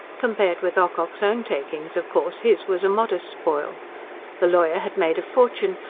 compared with ocock's own takings, of course, his was a modest spoil the lawyer had made a fortune,